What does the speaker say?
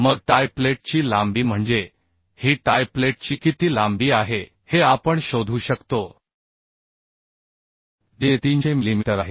मग टाय प्लेटची लांबी म्हणजे ही टाय प्लेटची किती लांबी आहे हे आपण शोधू शकतो जे 300 मिलीमीटर आहे